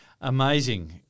Amazing